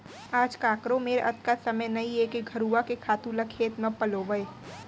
आज काकरो मेर अतका समय नइये के घुरूवा के खातू ल खेत म पलोवय